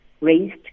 raised